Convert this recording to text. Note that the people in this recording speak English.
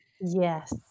yes